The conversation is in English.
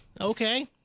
Okay